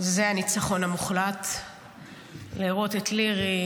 הלוואי, הלוואי,